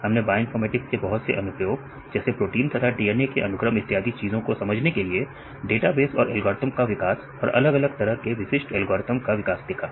हमने बायोइनफॉर्मेटिक्स के बहुत से अनुप्रयोग जैसे प्रोटीन तथा डीएनए के अनुक्रम इत्यादि चीजों के समझने के लिए डेटाबेस और एल्गोरिथ्म का विकास और अलग अलग तरह के विशिष्ट एल्गोरिथ्म का विकास देखा